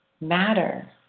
matter